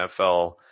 NFL